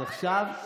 אז עכשיו,